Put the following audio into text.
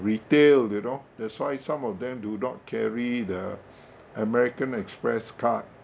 retail you know that's why some of them do not carry the American Express card